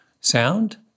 sound